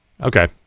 Okay